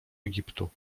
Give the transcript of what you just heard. egiptu